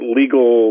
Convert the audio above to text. legal